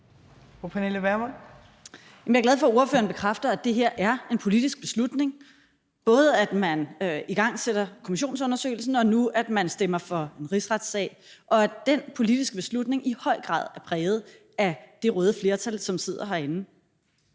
Vermund (NB): Jeg er glad for, at ordføreren bekræfter, at det her er en politisk beslutning, både at man igangsætter kommissionsundersøgelsen, og at man nu stemmer for en rigsretssag, og at den politiske beslutning i høj grad er præget af det røde flertal, som sidder herinde.